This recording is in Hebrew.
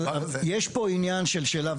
אבל יש פה עניין של שאלה,